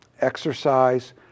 exercise